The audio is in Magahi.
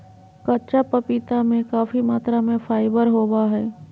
कच्चा पपीता में काफी मात्रा में फाइबर होबा हइ